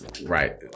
Right